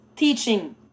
teaching